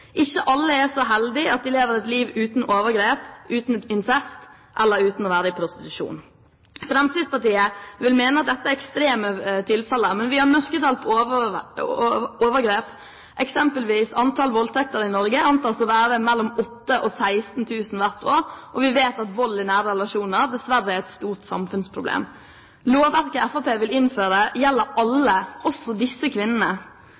Ikke alle er så heldige at de lever et liv uten overgrep, uten incest eller uten å være i prostitusjon. Fremskrittspartiet vil mene at dette er ekstreme tilfeller, men vi har mørketall når det gjelder overgrep. Eksempelvis antas antallet voldtekter i Norge å være mellom 8 000 og 16 000 hvert år, og vi vet at vold i nære relasjoner dessverre er et stort samfunnsproblem. Lovverket Fremskrittspartiet vil innføre, gjelder alle, også disse kvinnene.